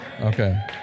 Okay